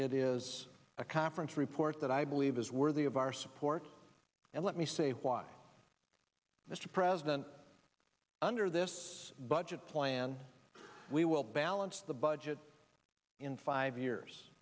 it is a conference report that i believe is worthy of our support and let me say why mr president under this budget plan we will balance the budget in five years